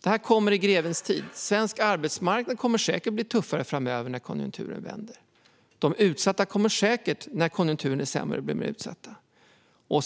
Detta kommer i grevens tid. Svensk arbetsmarknad kommer säkert att bli tuffare framöver när konjunkturen vänder. De utsatta kommer säkert att bli mer utsatta när konjunkturen blir sämre.